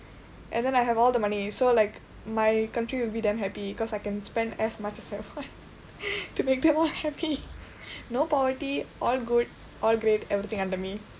and then I have all the money so like my country will be damn happy because I can spend as much as I want to make them happy no poverty all good all great everything under me